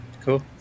Cool